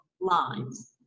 lines